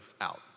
out